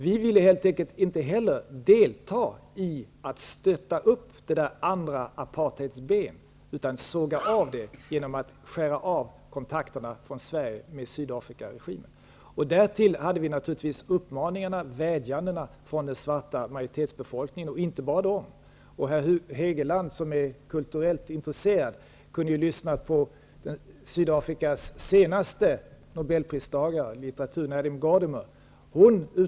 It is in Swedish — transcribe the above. Vi ville helt enkelt inte heller delta i att stötta upp det andra apartheidsbenet utan såga av det genom att skära av kontakterna från Sverige med Sydafrikas regim. Därtill fanns naturligtvis uppmaningarna och vädjandena från den svarta majoritetsbefolkningen, men inte bara från den. Herr Hegeland, som är kulturellt intresserad, kunde ju ha lyssnat på Sydafrikas senaste nobelpristagare i litteratur, Nandine Gordimer.